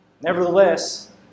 Nevertheless